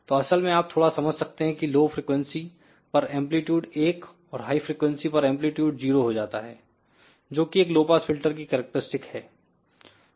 तो असल में आप थोड़ा समझ सकते हैं की लो फ्रिकवेंसी पर एंप्लीट्यूड एक और हाई फ्रिकवेंसी पर एंप्लीट्यूड 0 हो जाता है जो कि एक लो पास फिल्टर की कैरेक्टरस्टिक है